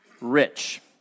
rich